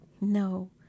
No